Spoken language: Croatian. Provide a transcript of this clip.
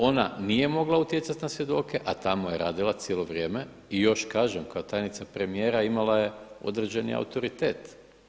Ona nije mogla utjecati na svjedoke, a tamo je radila cijelo vrijeme i još kažem kao tajnica premijera imala je određeni autoritet.